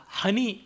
honey